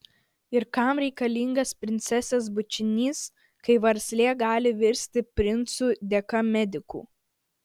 ir kam reikalingas princesės bučinys kai varlė gali virsti princu dėka medikų